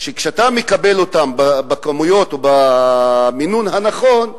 שכשאתה מקבל אותם בכמויות ובמינון הנכון,